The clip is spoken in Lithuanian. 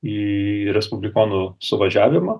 į respublikonų suvažiavimą